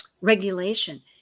regulation